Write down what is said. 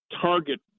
target